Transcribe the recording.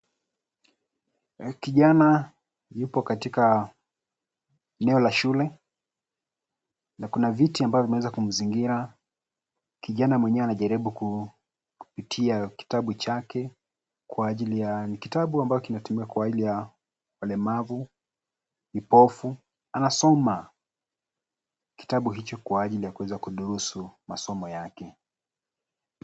Kijana yupo katika eneo la shule na kuna viti ambavyo vimeweza kumzingira. Kijana mwenyewe anajaribu kupitia kitabu chake kwa ajili ya ni kitabu kinachotumiwa kwa ajili ya walemavu. Kipofu anasoma kitabu hicho kwa ajili ya kuduhusu masomo yake.